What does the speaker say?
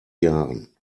jahren